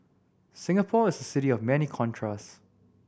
Singapore is a city of many contrasts